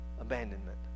abandonment